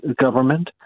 government